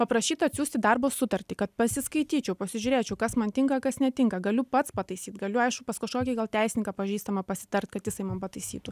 paprašyt atsiųsti darbo sutartį kad pasiskaityčiau pasižiūrėčiau kas man tinka kas netinka galiu pats pataisyt galiu aišku pas kažkokį gal teisininką pažįstamą pasitart kad jisai man pataisytų